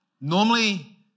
Normally